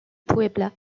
puebla